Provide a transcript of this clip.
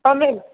ହଁ ମ୍ୟାମ୍